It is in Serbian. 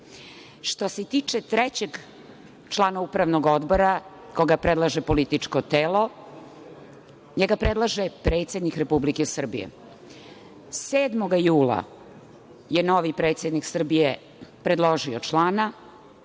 Što se tiče trećeg člana upravnog odbora, koga predlaže političko telo, njega predlaže predsednik Republike Srbije. Jula 7. je novi predsednik Srbije predložio člana,